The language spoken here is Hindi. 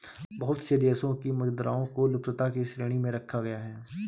बहुत से देशों की मुद्राओं को लुप्तता की श्रेणी में रखा गया है